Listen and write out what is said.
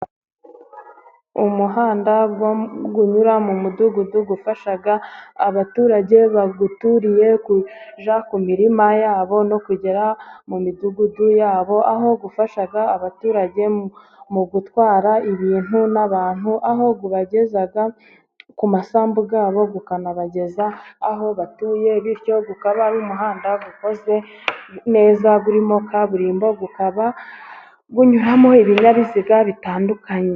Umuhanda unyura mu mudugudu ufasha abaturage bawuturiye kujya ku mirima yabo, no kugera mu midugudu yabo, aho ufasha abaturage mu gutwara ibintu n'abantu, aho ubageza ku masambu yabo ukanabageza aho batuye bityo ukaba ari umuhanda ukoze neza urimo kaburimbo , ukaba unyuramo ibinyabiziga bitandukanye.